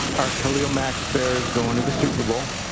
are khalil mack's bears going to the super bowl?